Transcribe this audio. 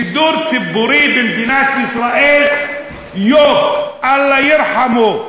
שידור ציבורי במדינת ישראל, יוק, אללה ירחמו.